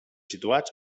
situats